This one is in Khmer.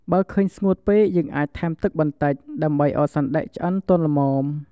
បើឃើញស្ងួតពេក យើងអាចថែមទឹកបន្តិច ដើម្បីឱ្យសណ្ដែកឆ្អិនទន់ល្មម។